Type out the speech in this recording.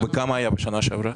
אבל כמה היה בשנה שעברה?